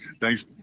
Thanks